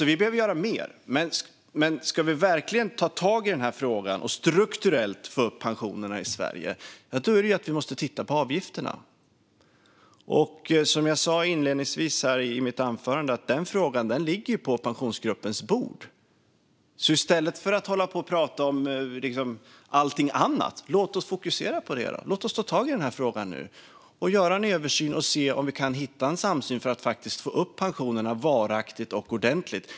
Vi behöver göra mer, men ska vi verkligen ta tag i den här frågan och strukturellt få upp pensionerna i Sverige måste vi titta på avgifterna, och som jag sa inledningsvis i mitt anförande ligger den frågan på Pensionsgruppens bord. I stället för att hålla på och prata om allting annat, låt oss fokusera på det! Låt oss ta tag i den här frågan nu och göra en översyn och se om vi kan hitta samsyn för att faktiskt få upp pensionerna varaktigt och ordentligt.